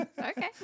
Okay